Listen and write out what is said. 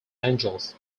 angeles